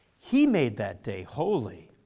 he made that day holy.